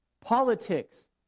Politics